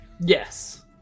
Yes